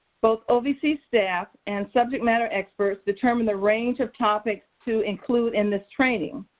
both ovc staff and subject matter experts determine the range of topics to include in this training.